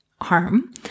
arm